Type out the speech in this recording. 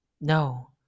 No